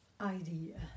idea